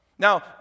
Now